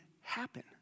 happen